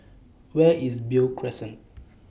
Where IS Beo Crescent